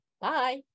Bye